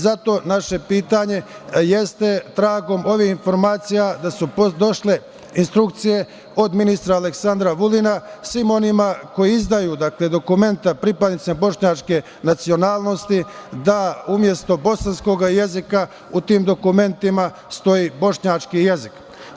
Zato naše pitanje jeste tragom ovih informacija, da su došle instrukcije od ministra Aleksandra Vulina, svima onima koji izdaju dokumenta pripadnicima bošnjačke nacionalnosti, da umesto bosanskog jezika u tim dokumentima stoji bošnjački jezik.